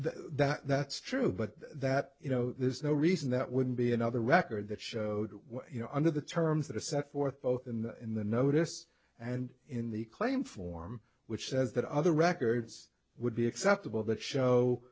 that's true but that you know there's no reason that wouldn't be another record that showed you know under the terms that are set forth both in the in the notice and in the claim form which says that other records would be acceptable but show